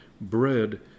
bread